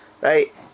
right